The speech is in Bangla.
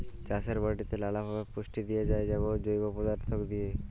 চাষের মাটিতে লালাভাবে পুষ্টি দিঁয়া যায় যেমল জৈব পদাথ্থ দিঁয়ে